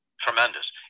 Tremendous